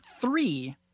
three